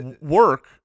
work